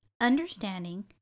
understanding